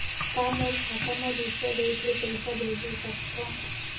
का मोर खाता म दूसरा देश ले पईसा भेज सकथव?